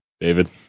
David